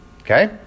Okay